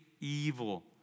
evil